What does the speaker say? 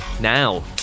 Now